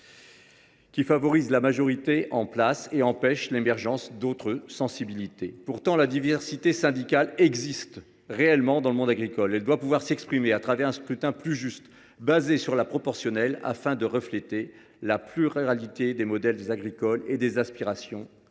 qui favorise la majorité en place et empêche l’émergence d’autres sensibilités. Pourtant, la diversité syndicale existe réellement dans le monde agricole. Elle doit pouvoir s’exprimer à travers un scrutin plus juste, fondé sur la proportionnelle, afin de refléter la pluralité des modèles agricoles et des aspirations des